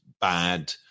bad